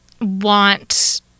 want